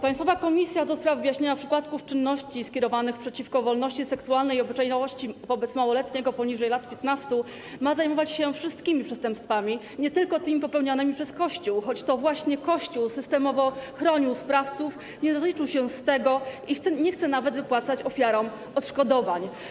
Państwowa Komisja do spraw wyjaśniania przypadków czynności skierowanych przeciwko wolności seksualnej i obyczajności wobec małoletniego poniżej lat 15 ma zajmować się wszystkimi przestępstwami, nie tylko tymi popełnianymi przez Kościół, choć to właśnie Kościół systemowo chronił sprawców, nie rozliczył się z tego i nie chce nawet wypłacać ofiarom odszkodowań.